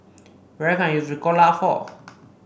what can I use Ricola for